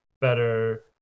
better